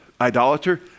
Idolater